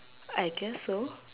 I guess so